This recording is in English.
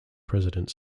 president